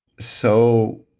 so